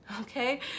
okay